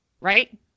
right